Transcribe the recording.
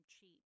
cheap